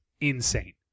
insane